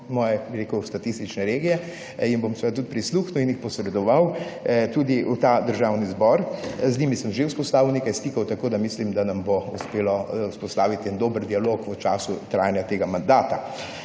moje statistične regije, jim bom prisluhnil in jih posredoval tudi v Državni zbor. Z njimi sem že vzpostavil nekaj stikov, tako da mislim, da nam bo uspelo vzpostaviti dober dialog v času trajanja tega mandata.